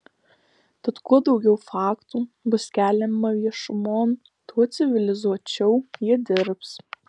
tad kuo daugiau faktų bus keliama viešumon tuo civilizuočiau jie dirbs